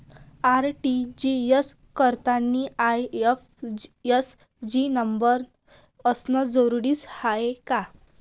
RTGS करतांनी IFSC न number असनं जरुरीच हाय का?